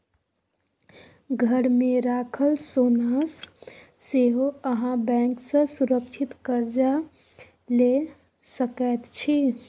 घरमे राखल सोनासँ सेहो अहाँ बैंक सँ सुरक्षित कर्जा लए सकैत छी